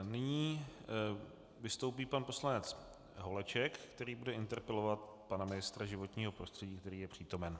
Nyní vystoupí pan poslanec Holeček, který bude interpelovat pana ministra životního prostředí, který je přítomen.